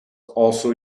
also